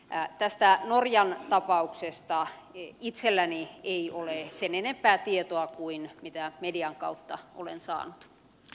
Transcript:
tästä norjan tapauksesta itselläni ei ole sen enempää tietoa kuin mitä median kautta olen saanut